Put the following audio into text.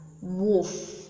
wolf